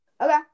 okay